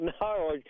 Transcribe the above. No